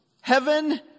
Heaven